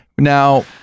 Now